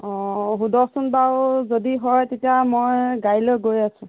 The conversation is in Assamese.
অঁ সুধকচোন বাৰু যদি হয় তেতিয়া মই গাড়ী লৈ গৈ আছোঁ